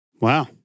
Wow